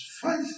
five